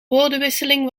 woordenwisseling